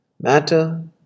Matter